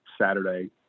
Saturday